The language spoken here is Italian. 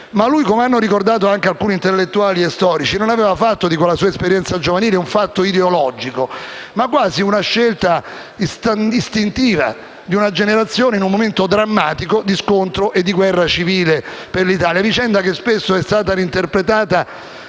riaprire. Come hanno ricordato anche alcuni intellettuali e storici, egli aveva fatto della sua esperienza giovanile non un fatto ideologico, ma quasi una scelta istintiva di una generazione in un momento drammatico di scontro e guerra civile per l'Italia. Tale vicenda è stata spesso reinterpretata